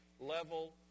level